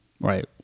Right